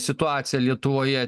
situacija lietuvoje